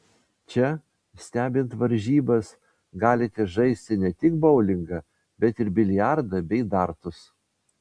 čia stebint varžybas galite žaisti ne tik boulingą bet ir biliardą bei dartus